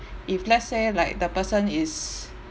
if let's say like the person is